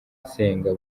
nsenga